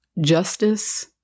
justice